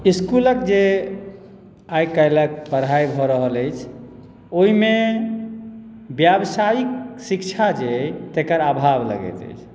इसकुलक जे आई काल्हिक जे पढ़ाइ भऽ रहल अछि ओहिमे व्यावसयिक शिक्षा जे अछि तेकर आभाव लगैत अछि